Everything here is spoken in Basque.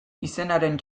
izenaren